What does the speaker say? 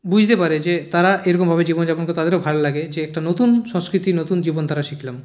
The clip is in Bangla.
বুঝতে পারে যে তারা এরকম ভাবে জীবনযাপন করে তাদেরও ভাল লাগে যে একটা নতুন সংস্কৃতি নতুন জীবনধারা শিখলাম